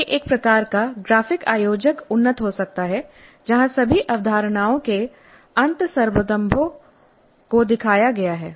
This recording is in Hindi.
यह एक प्रकार का ग्राफिक आयोजक उन्नत हो सकता है जहां सभी अवधारणाओं के अंतर्संबंधों को दिखाया गया है